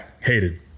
Hated